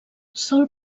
sol